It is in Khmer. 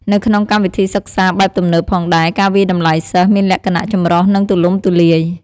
នៅក្នុងកម្មវិធីសិក្សាបែបទំនើបផងដែរ ការវាយតម្លៃសិស្ស មានលក្ខណៈ ចម្រុះ និងទូលំទូលាយ។